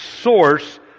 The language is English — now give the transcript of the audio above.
source